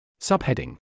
Subheading